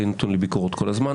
הייתי נתון לביקורות כל הזמן.